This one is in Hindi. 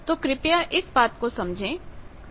तो कृपया इस बात को समझें